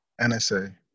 NSA